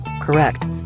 Correct